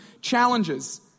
challenges